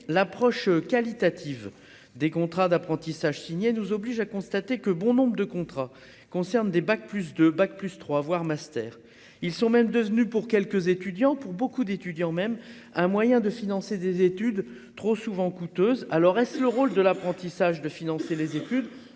l'approche qualitative des contrats d'apprentissage signé nous oblige à constater que bon nombre de contrats concernent des bac plus deux bac plus trois voire master, ils sont même devenus pour quelques étudiants pour beaucoup d'étudiants même un moyen de financer des études trop souvent coûteuses alors est-ce le rôle de l'apprentissage, de financer les études,